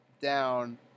down